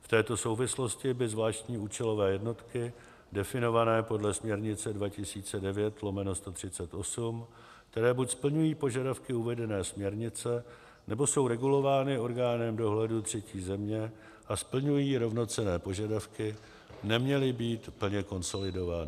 V této souvislosti by zvláštní účelové jednotky definované podle směrnice 2009/138 které buď splňují požadavky uvedené směrnice, nebo jsou regulovány orgánem dohledu třetí země a splňují rovnocenné požadavky, neměly být plně konsolidovány.